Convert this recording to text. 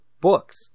books